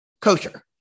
kosher